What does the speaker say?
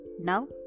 Now